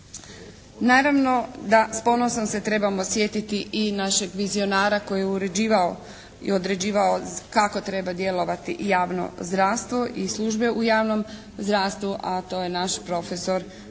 Naravno da s ponosom se trebamo sjetiti i našeg vizionara koji je uređivao i određivao kako treba djelovati javno zdravstvo i službe u javnom zdravstvu, a to je naš profesor doktor